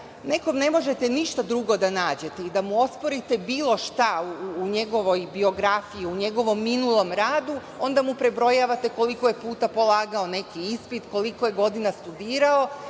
nekom ne možete ništa drugo da nađete i da mu osporite bilo šta u njegovoj biografiji, u njegovom minulom radu, onda mu prebrojavate koliko je puta polagao neki ispit, koliko je godina studirao,